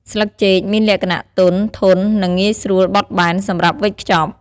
ស្លឹកចេកមានលក្ខណៈ ទន់ ធន់ និងងាយស្រួលបត់បែន សម្រាប់វេចខ្ចប់។